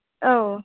औ